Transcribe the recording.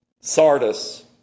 Sardis